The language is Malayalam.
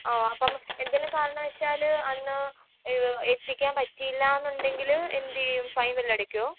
ആ അപ്പം എന്തെങ്കിലും കാരണവശാൽ അന്ന് എത്തിക്കാൻ പറ്റിയില്ല എന്നുണ്ടെങ്കിൽ എന്ത് ചെയ്യും ഫൈൻ വല്ലതും അടിക്കുമോ